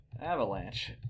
Avalanche